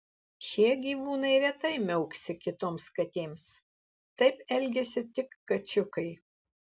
šie gyvūnai retai miauksi kitoms katėms taip elgiasi tik kačiukai